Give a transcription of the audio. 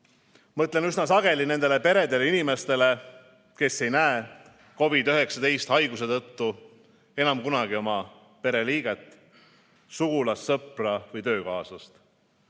Mõtlen üsna sageli nendele peredele ja inimestele, kes ei näe COVID-19 haiguse tõttu enam kunagi oma pereliiget, sugulast, sõpra või töökaaslast.